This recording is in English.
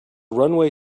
runway